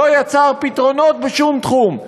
לא יצר פתרונות בשום תחום.